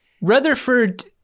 Rutherford